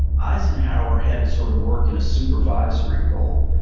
eisenhower had to sort of work in a supervisory role.